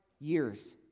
years